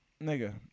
Nigga